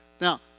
Now